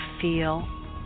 feel